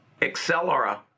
Accelera